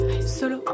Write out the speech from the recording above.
solo